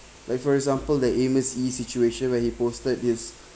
like for example the amos yee situation where he posted his